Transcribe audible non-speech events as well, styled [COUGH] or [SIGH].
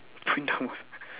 [LAUGHS]